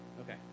Okay